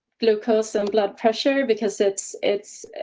glucose and blood pressure, because it's, it's,